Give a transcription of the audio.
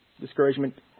discouragement